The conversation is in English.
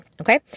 okay